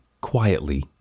quietly